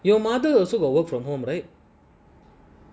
your mother also got work from home right